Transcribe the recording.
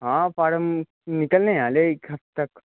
ਹਾਂ ਫਾਰਮ ਨਿਕਲਣੇ ਆ ਹਲੇ ਇੱਕ ਹਫਤੇ ਤੱਕ